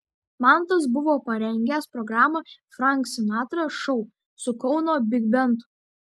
mantas buvo parengęs programą frank sinatra šou su kauno bigbendu